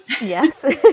Yes